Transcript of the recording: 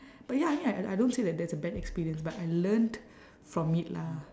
but ya I mean I I don't say that that's a bad experience but I learnt from it lah